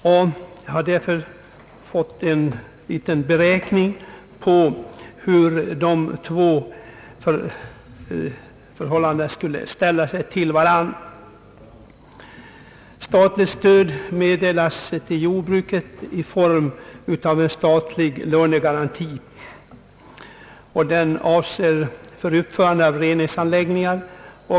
Jag har därför låtit utföra en liten beräkning på hur de två förhållandena skulle ställa sig till varandra. Statligt stöd meddelas till jordbrukare i form av en lånegaranti för uppförande av reningsanläggning.